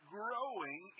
growing